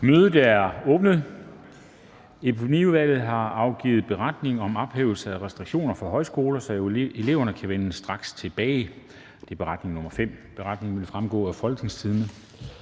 Mødet er åbnet. Epidemiudvalget har afgivet: Beretning om at ophæve restriktioner for højskolerne, så eleverne kan vende tilbage straks. (Beretning nr. 5). Beretningen vil fremgå af www.folketingstidende.dk.